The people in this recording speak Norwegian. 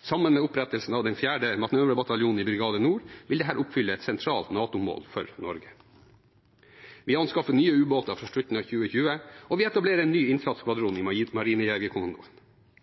Sammen med opprettelsen av den fjerde manøverbataljonen i Brigade Nord, vil dette oppfylle et sentralt NATO-mål for Norge. Vi anskaffer nye ubåter på slutten av 2020, og vi etablerer en ny innsatsskvadron i Marinejegerkommandoen.